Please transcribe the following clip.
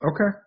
okay